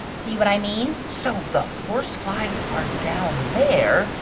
see what i mean? so the horseflies are down there,